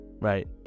Right